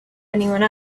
anyone